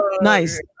nice